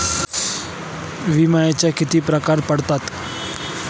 विम्याचे किती प्रकार पडतात?